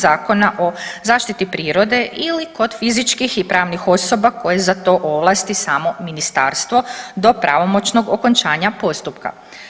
Zakona o zaštiti prirode ili kod fizičkih i pravnih osoba koje za to ovlasti samo ministarstvo do pravomoćnog okončanja postupka.